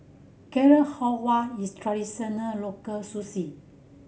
Carrot Halwa is traditional local